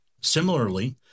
Similarly